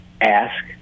ask